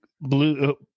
blue